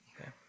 okay